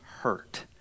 hurt